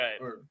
Right